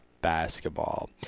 basketball